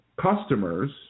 customers